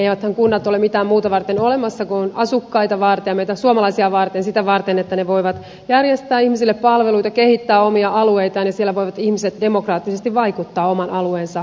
eiväthän kunnat ole mitään muuta varten olemassa kuin asukkaita varten ja meitä suomalaisia varten sitä varten että ne voivat järjestää ihmisille palveluita kehittää omia alueitaan ja siellä voivat ihmiset demokraattisesti vaikuttaa oman alueensa asioihin